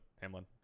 Hamlin